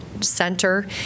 center